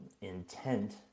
intent